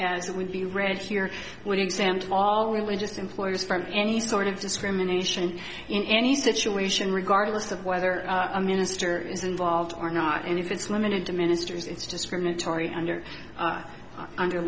as it would be read here would exempt all religious employees from any sort of discrimination in any situation regardless of whether a minister is involved or not and if it's limited to ministers it's discriminatory under our under